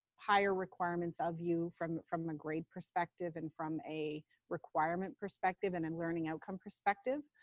higher requirements of you from from a grade perspective and from a requirement perspective. and in learning outcome perspective,